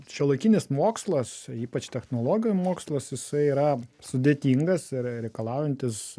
šiuolaikinis mokslas ypač technologijų mokslas jisai yra sudėtingas ir reikalaujantis